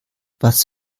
was